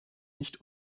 nicht